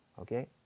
okay